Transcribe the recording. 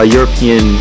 European